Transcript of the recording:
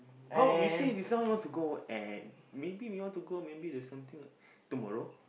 how you say just now you want to go and maybe you want to go maybe the same thing tomorrow